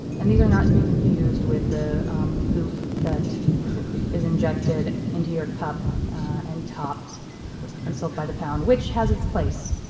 and these are not to be confused with the um goop that is injected into your cup and topped and sold by the pound, which has its place.